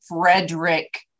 Frederick